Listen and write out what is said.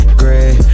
gray